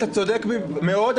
אתה צודק מאוד,